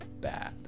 bad